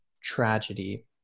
tragedy